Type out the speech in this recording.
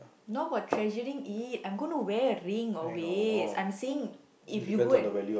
not about treasuring it I'm gonna wear a ring always I'm saying if you go and